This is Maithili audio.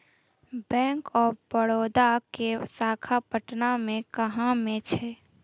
बैंक आफ बड़ौदा के शाखा पटना मे कहां मे छै?